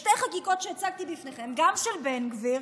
בשתי חקיקות שהצגתי בפניכם, גם של בן גביר